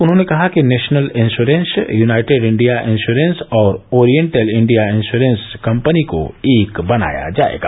उन्होंने कहा कि national insurance united India assurance और ओरियंटल इंडिया इंश्योरेंस कंपनी को एक कंपनी बनाया जाएगा